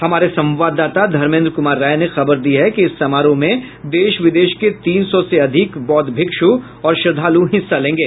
हमारे संवाददाता धर्मेन्द्र कुमार राय ने खबर दी है कि इस समारोह में देश विदेश के तीन सौ से अधिक बौद्ध भिक्षू और श्रद्धालू हिस्सा लेंगे